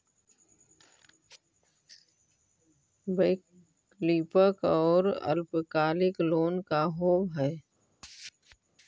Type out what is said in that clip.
वैकल्पिक और अल्पकालिक लोन का होव हइ?